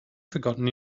forgotten